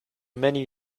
many